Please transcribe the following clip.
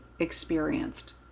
experienced